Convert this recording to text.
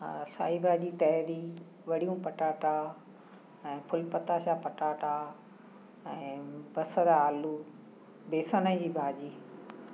हा साई भाॼी तारी वड़ियूं पटाटा ऐं फूलपताशा पटाटा ऐं बसरु आलू बेसण जी भाॼी